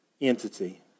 entity